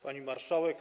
Pani Marszałek!